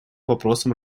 вопросам